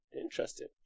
Interesting